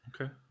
Okay